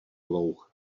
louh